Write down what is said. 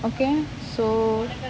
okay so